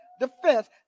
defense